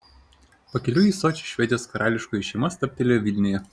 pakeliui į sočį švedijos karališkoji šeima stabtelėjo vilniuje